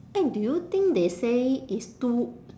eh do you think they say it's two